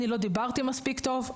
אני לא דיברתי מספיק טוב,